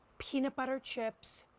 peanut butter chips,